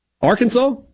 Arkansas